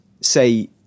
say